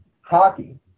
Hockey